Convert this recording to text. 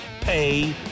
pay